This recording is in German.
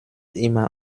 immer